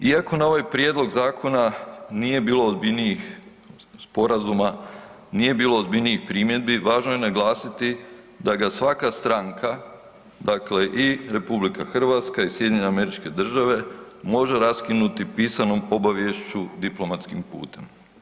Iako na ovaj prijedlog zakona nije bilo ozbiljnijih sporazuma, nije bilo ozbiljnijih primjedbi, važno je naglasiti da ga svaka stranka, dakle i RH i SAD može raskinuti pisanom obaviješću diplomatskim putem.